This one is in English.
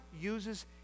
uses